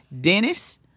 Dennis